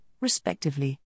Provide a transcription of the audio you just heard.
respectively